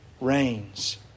reigns